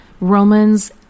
Romans